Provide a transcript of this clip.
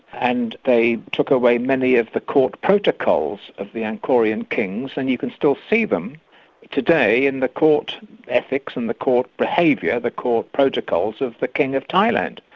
and they took away many of the court protocols of the ankorean kings, and you can still see them today in the court ethics and the court behaviour, the court protocols of the king of thailand.